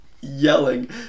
yelling